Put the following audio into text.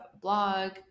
blog